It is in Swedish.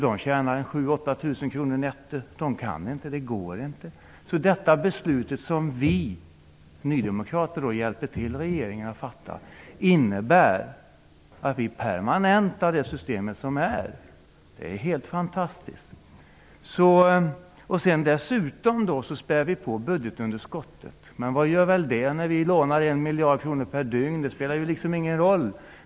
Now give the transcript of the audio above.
De tjänar 7 000--8 000 kr netto, så det går inte. Det beslut som vi nydemokrater hjälper regeringen att fatta innebär att vi permanentar det nuvarande systemet. Det är helt fantastiskt! Vi spär dessutom på budgetunderskottet. Men vad gör väl det när vi lånar 1 miljard kronor per dygn? Det spelar ju ingen roll.